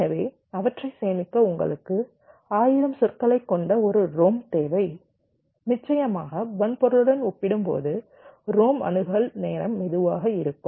எனவே அவற்றை சேமிக்க உங்களுக்கு 1000 சொற்களைக் கொண்ட ஒரு ரோம் தேவை நிச்சயமாக வன்பொருளுடன் ஒப்பிடும்போது ரோம் அணுகல் நேரம் மெதுவாக இருக்கும்